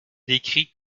décrit